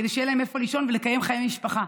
כדי שיהיה להם איפה לישון ולקיים חיי משפחה,